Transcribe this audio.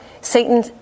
Satan